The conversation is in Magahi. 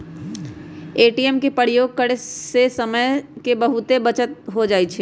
ए.टी.एम के प्रयोग करे से समय के बहुते बचत हो जाइ छइ